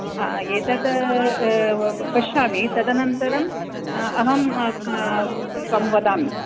आम् एतत् पश्यामि तदनन्तरं अहं तं वदामि